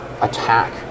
attack